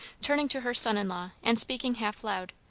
turning to her son-in-law, and speaking half loud.